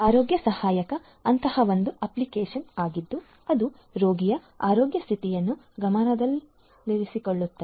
ಆರೋಗ್ಯ ಸಹಾಯಕ ಅಂತಹ ಒಂದು ಅಪ್ಲಿಕೇಶನ್ ಆಗಿದ್ದು ಅದು ರೋಗಿಯ ಆರೋಗ್ಯ ಸ್ಥಿತಿಯನ್ನು ಗಮನದಲ್ಲಿರಿಸಿಕೊಳ್ಳುತ್ತದೆ